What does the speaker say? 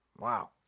Wow